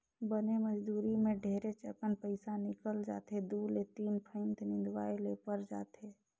बनी मजदुरी मे ढेरेच अकन पइसा निकल जाथे दु ले तीन फंइत निंदवाये ले पर जाथे